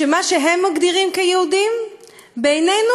שמה שהם מגדירים כיהודים בעינינו,